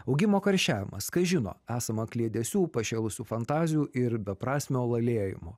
augimo karščiavimas kas žino esama kliedesių pašėlusių fantazijų ir beprasmio lalėjimo